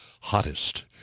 hottest